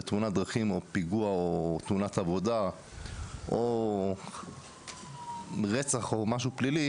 בתאונת דרכים או פיגוע או תאונת עבודה או רצח או משהו פלילי